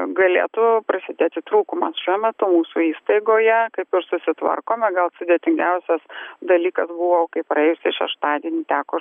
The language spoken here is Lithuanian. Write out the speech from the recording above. galėtų prasidėti trūkumas šiuo metu mūsų įstaigoje kaip ir susitvarkome gal sudėtingiausias dalykas buvo kai praėjusį šeštadienį teko